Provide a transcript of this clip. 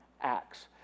Acts